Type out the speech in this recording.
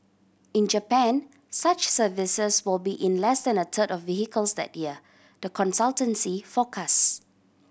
in Japan such services will be in less than a third of vehicles that year the consultancy forecast